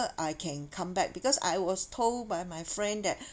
I can come back because I was told by my friend that